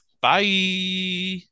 Bye